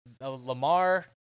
Lamar